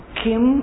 kim